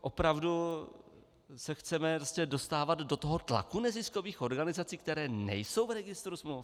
Opravdu se chceme dostávat do tlaku neziskových organizací, které nejsou v registru smluv?